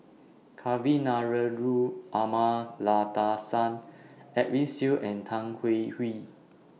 Kavignareru Amallathasan Edwin Siew and Tan Hwee Hwee